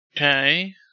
Okay